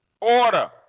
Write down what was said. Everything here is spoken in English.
Order